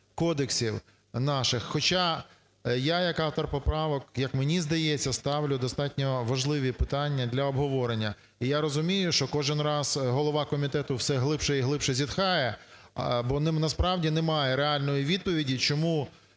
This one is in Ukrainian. кодексів наших. Хоча я як автор поправок, як мені здається, ставлю достатньо важливі питання для обговорення. І я розумію, що кожен раз голова комітету все глибше і глибше зітхає, бо насправді немає реальної відповіді чому